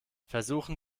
versuchen